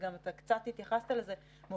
וגם התייחסת לזה קצת,